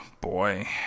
boy